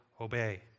obey